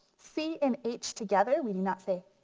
c and h together we do not say